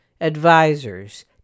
advisors